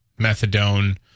methadone